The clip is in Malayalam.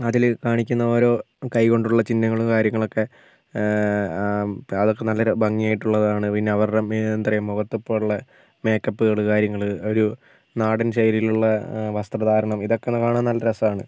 അതിൽ കാണിക്കുന്ന ഓരോ കൈകൊണ്ടുള്ള ചിഹ്നങ്ങൾ കാര്യങ്ങളൊക്കെ അതൊക്കെ നല്ലൊരു ഭംഗിയായിട്ടുള്ളതാണ് പിന്നെ അവരുടെ എന്ത്പറയ മുഖത്തൊക്കെ ഉള്ള മേക്കപ്പ്കൾ കാര്യങ്ങൾ ഒരു നാടൻ ശൈലിലുള്ള വസ്ത്രധാരണം ഇതൊക്കെ കാണാൻ നല്ല രസമാണ്